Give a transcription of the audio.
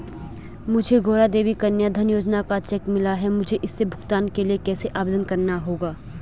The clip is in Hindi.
मुझे गौरा देवी कन्या धन योजना का चेक मिला है मुझे इसके भुगतान के लिए कैसे आवेदन करना होगा?